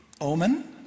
Omen